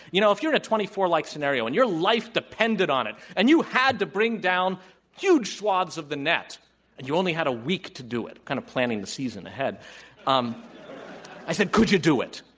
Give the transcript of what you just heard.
you know, if you're in a twenty four like scenario and your life depended on it, and you had to bring down huge swathes of the net and you only had a week to do it, kind of planting the seeds in the head um i said could you do it.